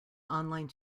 online